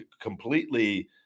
completely